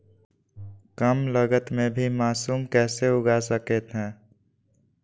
कम लगत मे भी मासूम कैसे उगा स्केट है?